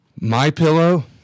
MyPillow